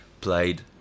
played